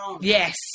yes